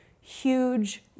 huge